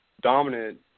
dominant